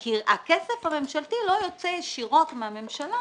כי הכסף הממשלתי לא יוצא ישירות מהממשלה